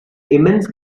immense